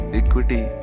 equity